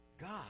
God